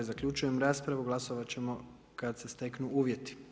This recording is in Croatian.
Zaključujem raspravu, glasovat ćemo kad ste steknu uvjeti.